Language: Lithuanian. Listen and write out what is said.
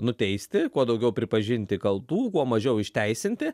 nuteisti kuo daugiau pripažinti kaltų kuo mažiau išteisinti